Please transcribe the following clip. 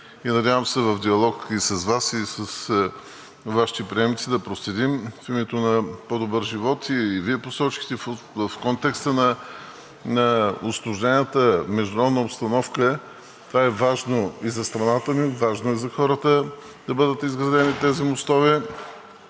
надявам се в диалог и с Вас, и с Вашите приемници да го проследим в името на по-добър живот. И Вие посочихте в контекста на усложнената международна обстановка, че това е важно и за страната ни, важно е и за хората да бъдат изградени тези мостове